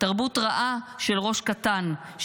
תרבות רעה של ראש קטן,